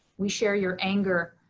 we share your anger